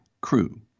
Crew